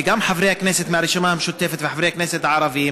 וגם חברי הכנסת מהרשימה המשותפת וחברי הכנסת הערבים,